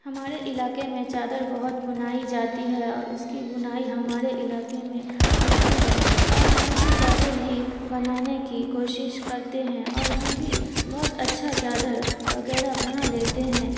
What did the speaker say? ہمارے علاقے میں چادر بہت بنائی جاتی ہے اور اس کی بنائی ہمارے علاقے میں ہوتی ہے اور ہم بھی چادر ہی بنانے کی کوشش کرتے ہیں اور ہم بھی بہت اچھا چادر وغیرہ بنا لیتے ہیں